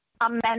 Amen